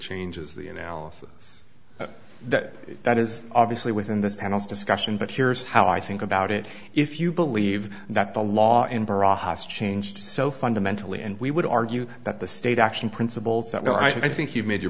changes the analysis that that is obviously within this panel's discussion but here's how i think about it if you believe that the law and vera has changed so fundamentally and we would argue that the state action principles that no i think you've made your